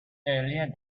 earlier